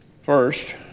First